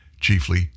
chiefly